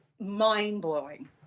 mind-blowing